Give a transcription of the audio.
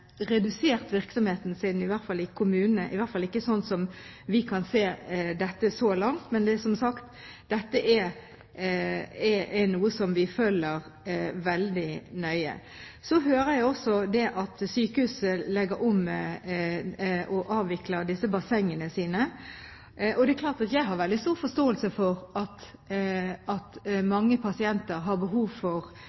i hvert fall ikke slik vi kan se dette så langt. Men som sagt, dette er noe som vi følger veldig nøye. Så hører jeg også at sykehus legger om og avvikler bassengene sine. Det er klart at jeg har veldig stor forståelse for at